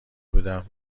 بودم